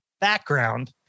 background